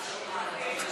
סעיף 5,